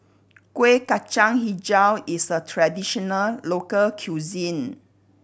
Kuih Kacang Hijau is a traditional local cuisine